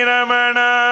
Ramana